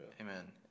Amen